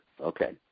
Okay